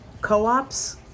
co-ops